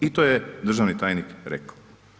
I to je državni tajnik rekao.